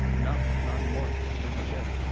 no, not anymore. you don't do shit,